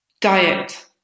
Diet